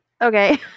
Okay